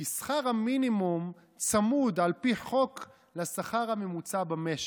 כי שכר המינימום צמוד על פי חוק לשכר הממוצע במשק.